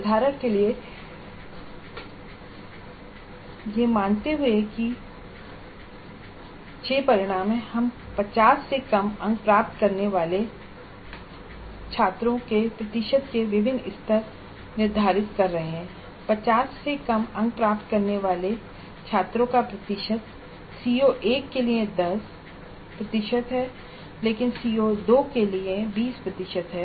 उदाहरण के लिए यह मानते हुए कि 6 परिणाम हैं हम 50 से कम अंक प्राप्त करने वाले छात्रों के प्रतिशत के विभिन्न लक्ष्य स्तर निर्धारित कर रहे हैं 50 से कम अंक प्राप्त करने वाले छात्रों का प्रतिशत CO1 के लिए 10 प्रतिशत है लेकिन CO2 के लिए यह 20 है